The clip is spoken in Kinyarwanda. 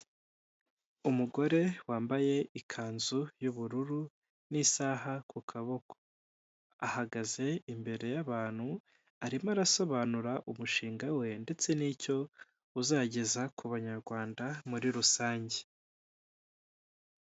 Umugore wambaye ikanzu y'ubururu n'isaha ku kaboko, ahagaze imbere y'abantu arimo arasobanura umushinga we, ndetse n'icyo uzageza ku banyarwanda muri rusange.